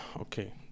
okay